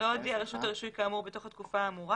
"לא הודיע רשות הרישוי כאמור בתוך התקופה האמורה,